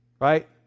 Right